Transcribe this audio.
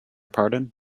pardon